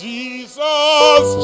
Jesus